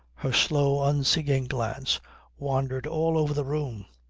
her slow unseeing glance wandered all over the room.